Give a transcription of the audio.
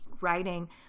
writing